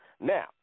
Now